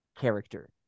character